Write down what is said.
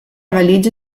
valigia